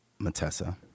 Matessa